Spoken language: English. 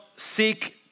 Seek